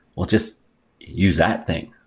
well just use that thing.